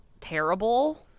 terrible